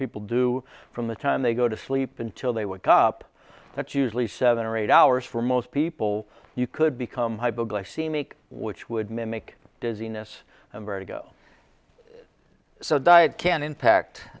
people do from the time they go to sleep until they wake up that's usually seven or eight hours for most people you could become hypoglycemic which would mimic dizziness and very go so diet can impact